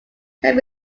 can